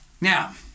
Now